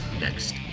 next